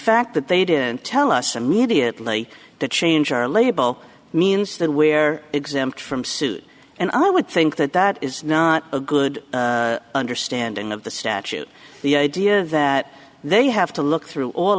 fact that they didn't tell us immediately to change our label means that where exempt from suit and i would think that that is not a good understanding of the statute the idea that they have to look through all